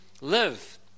live